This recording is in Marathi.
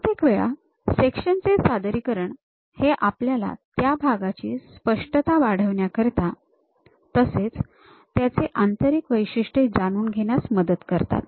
बहुतेक वेळा हे सेक्शन चे सादरीकरण हे आपल्याला त्या भागाची स्पष्टता वाढवण्याकरिता तसेच त्याची आंतरिक वैशिष्ट्ये जाणून घेण्यास मदत करतात